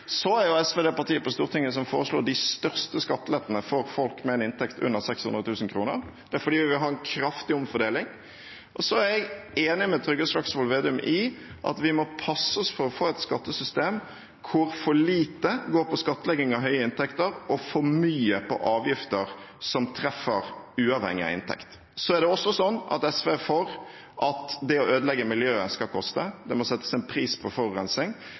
Så er jeg enig med Trygve Slagsvold Vedum i at vi må passe oss for å få et skattesystem hvor for lite går på skattlegging av høye inntekter og for mye på avgifter som treffer uavhengig av inntekt. Det er også sånn at SV er for at det å ødelegge miljøet skal koste. Det må settes en pris på